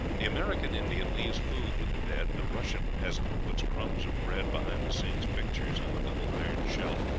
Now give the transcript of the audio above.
the american indian leaves food with the dead the russian peasant puts crumbs of bread behind the saints' pictures on the little iron shelf,